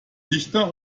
dichter